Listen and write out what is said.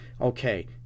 okay